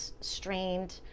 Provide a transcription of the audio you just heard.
strained